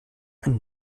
ein